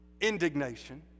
indignation